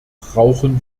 brauchen